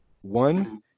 One